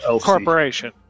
Corporation